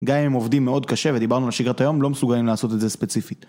גם אם הם עובדים מאוד קשה ודיברנו על שגרת היום, לא מסוגלים לעשות את זה ספציפית.